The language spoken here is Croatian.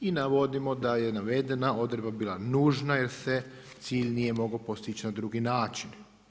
I navodimo da je navedena odredba bila nužna jer se cilj nije mogao postići na drugi način.